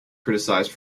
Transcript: criticized